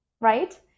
Right